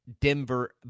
Denver